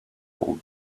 all